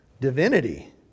divinity